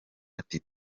ati